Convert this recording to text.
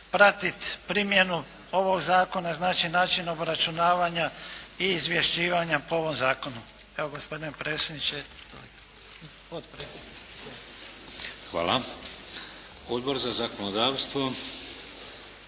pratiti primjenu ovog zakona, znači način obračunavanja i izvješćivanja po ovom zakonu. Evo gospodine predsjedniče, toliko. **Šeks, Vladimir (HDZ)** Hvala. Odbor za zakonodavstvo.